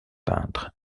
peintres